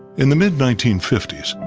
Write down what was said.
in the mid nineteen fifty s,